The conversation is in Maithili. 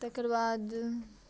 तकर बाद